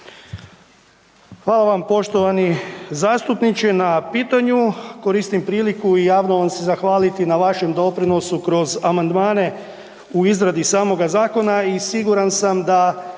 Hvala vam poštovani zastupniče na pitanju. Koristim priliku i javno vam se zahvaliti na vašem doprinosu kroz amandmane u izradi samoga zakona i siguran sam da